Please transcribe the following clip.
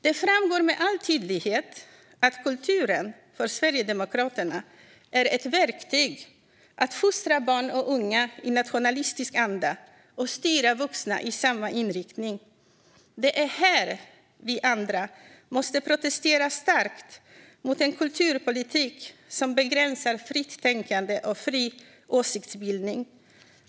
Det framgår med all tydlighet att kulturen för Sverigedemokraterna är ett verktyg för att fostra barn och unga i nationalistisk anda och styra vuxna i samma riktning. Det är här vi andra måste protestera starkt mot en kulturpolitik som begränsar fritt tänkande och fri åsiktsbildning.